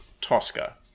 Tosca